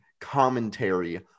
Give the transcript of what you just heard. commentary